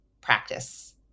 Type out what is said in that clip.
practice